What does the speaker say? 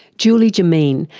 julie jomeen,